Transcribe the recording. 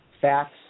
facts